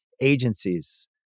agencies